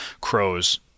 crows